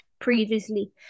previously